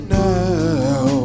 now